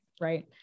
right